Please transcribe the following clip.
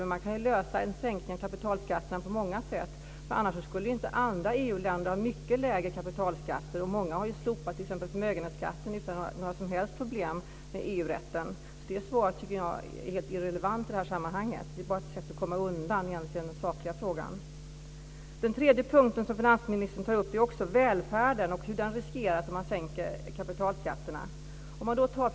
Men man kan ju ordna en sänkning av kapitalskatten på många sätt. Annars skulle inte andra EU-länder ha mycket lägre kapitalskatter. Många har ju slopat t.ex. förmögenhetsskatten utan att ha några som helst problem med EU-rätten. Det svaret tycker jag alltså är helt irrelevant i sammanhanget. Det är bara ett sätt att komma undan den sakliga frågan. Den tredje punkten som finansministern tar upp är välfärden och hur den riskeras om man sänker kapitalskatterna.